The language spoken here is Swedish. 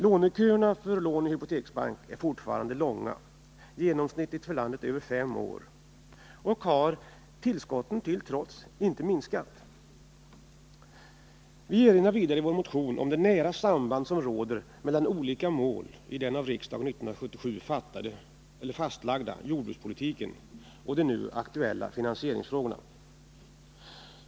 Låneköerna till lån i hypoteksbank är fortfarande långa, genomsnittligt för landet över fem år, och har tillskotten till trots inte minskat. Vi erinrar vidare i vår motion om det nära samband som råder mellan olika mål i den av riksdagen 1977 fastlagda jordbrukspolitiken och de nu aktuella finansieringsfrågorna.